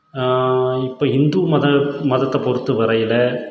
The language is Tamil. இப்போ ஹிந்து மத மதத்தை பொறுத்த வரையில்